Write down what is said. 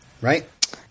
Right